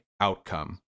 outcome